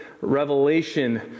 revelation